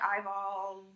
eyeballs